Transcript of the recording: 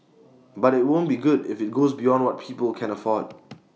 but IT won't be good if IT goes beyond what people can afford